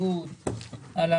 ההסתייגות לא